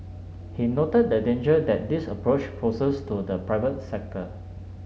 he noted the danger that this approach poses to the private sector